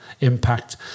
impact